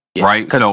Right